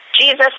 Jesus